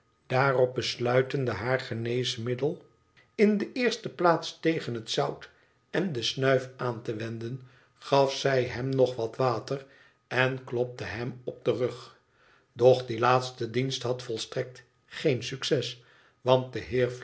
daarop besluitende haar geneesmiddel in de eerste plaats tegen het zout en de snuif aan te wenden gaf zij hem nog wat water en klopte hem op den rug doch die laatste dienst had volstrekt geen succes want de